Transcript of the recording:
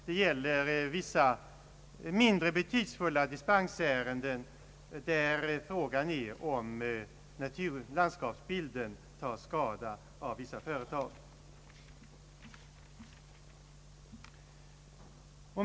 Det gäller en del mindre betydelsefulla dispensärenden, där frågan är om landskapsbilden tar skada av vissa företag.